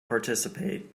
participate